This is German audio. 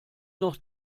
noch